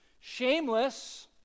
shameless